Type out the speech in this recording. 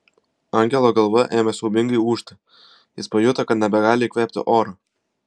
angelo galva ėmė siaubingai ūžti jis pajuto kad nebegali įkvėpti oro